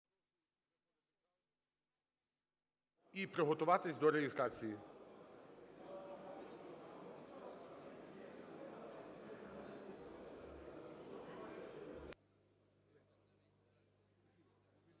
і приготуватись до реєстрації.